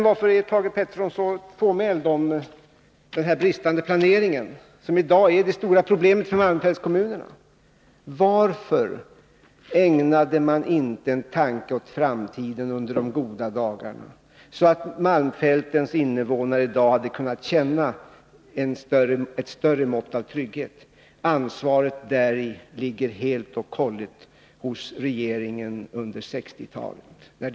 Varför är Thage Peterson så fåordig när det gäller den bristande planering som i dag är det stora problemet för malmfältskommunerna? Varför ägnade man inte en tanke åt framtiden under de goda dagarna, så att malmfältens invånare i dag hade kunnat känna ett större mått av trygghet? Ansvaret därför ligger helt och hållet på den regering som vi hade under 1960-talet.